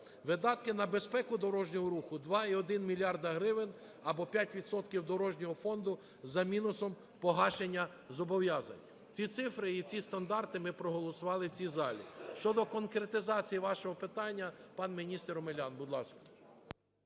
Видатки на безпеку дорожнього руху – 2,1 мільярда гривень, або 5 відсотків дорожнього фонду, за мінусом погашення зобов'язань. Ці цифри і ці стандарти ми проголосували в цій залі. Щодо конкретизації вашого питання – пан міністр Омелян, будь ласка.